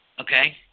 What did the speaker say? okay